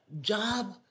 job